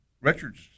Richard's